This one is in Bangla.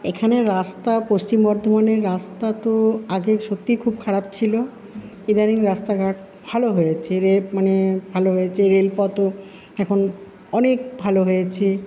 এখানের রাস্তা পশ্চিম বর্ধমানের রাস্তা তো আগে সত্যিই খুব খারাপ ছিল ইদানিং রাস্তাঘাট ভালো হয়েছে ভালো হয়েছে রেলপথও এখন অনেক ভালো হয়েছে